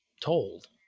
told